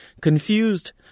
Confused